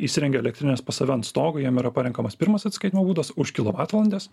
įsirengia elektrines pas save ant stogo jiem yra parenkamas pirmas atsiskaitymo būdas už kilovatvalandes